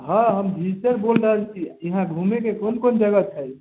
हँ हम भिजिटर बोल रहल छी ईहाँ घुमै के कोन कोन जगह छै